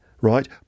right